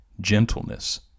gentleness